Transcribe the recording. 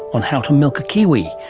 on how to milk a kiwi.